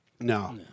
No